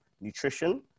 nutrition